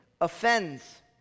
Offends